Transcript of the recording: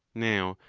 now,